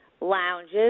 lounges